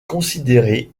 considérée